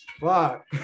Fuck